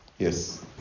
Yes